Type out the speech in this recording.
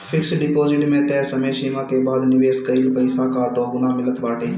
fix deposit में तय समय सीमा के बाद निवेश कईल पईसा कअ दुगुना मिलत बाटे